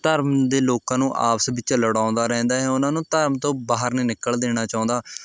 ਧਰਮ ਦੇ ਲੋਕਾਂ ਨੂੰ ਆਪਸ ਵਿੱਚ ਲੜਾਉਂਦਾ ਰਹਿੰਦਾ ਹੈ ਉਹਨਾਂ ਨੂੰ ਧਰਮ ਤੋਂ ਬਾਹਰ ਨਹੀਂ ਨਿਕਲ਼ ਦੇਣਾ ਚਾਹੁੰਦਾ